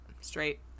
straight